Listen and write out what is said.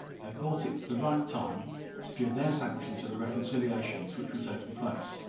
they thought it the right time to give their sanction to the reconciliations which were taking place,